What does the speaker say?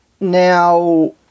Now